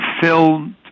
filled